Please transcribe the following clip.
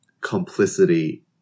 complicity